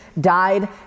died